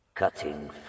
Cutting